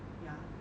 ya